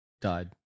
died